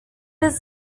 was